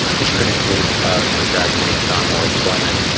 which could include graduate income or employment,